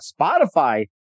Spotify